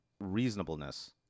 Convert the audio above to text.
reasonableness